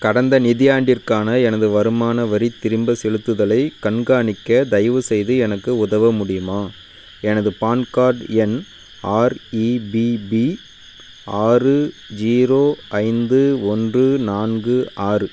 கடந்த நிதியாண்டிற்கான எனது வருமான வரி திரும்ப செலுத்துதலைக் கண்காணிக்க தயவுசெய்து எனக்கு உதவ முடியுமா எனது பான்கார்ட் எண் ஆர்இபிபி ஆறு ஜீரோ ஐந்து ஒன்று நான்கு ஆறு